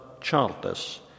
childless